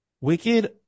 Wicked